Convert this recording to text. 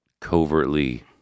covertly